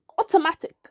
automatic